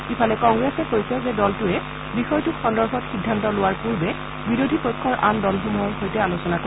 ইফালে কংগ্ৰেছে কৈছে যে দলটোৱে বিষয়টো সন্দৰ্ভত সিদ্ধান্ত লোৱাৰ পূৰ্বে বিৰোধী পক্ষৰ আন দলসমূহৰ সৈতে আলোচনা কৰিব